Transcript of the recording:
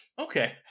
Okay